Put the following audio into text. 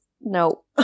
no